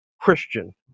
christian